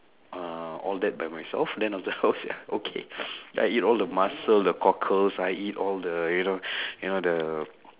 uh all that by myself then after how sia okay then I eat all the mussel the cockles I eat all the you know you know the